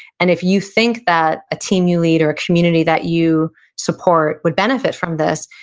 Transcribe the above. and if you think that a team you lead or a community that you support would benefit from this,